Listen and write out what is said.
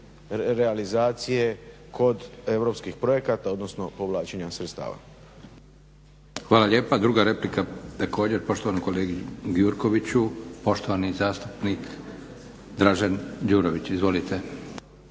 realizacije kod europskih projekata, odnosno povlačenja sredstava.